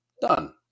Done